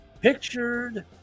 Pictured